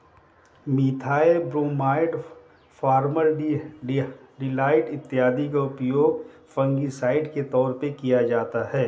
methyl bromide, formaldehyde इत्यादि का उपयोग फंगिसाइड के तौर पर किया जाता है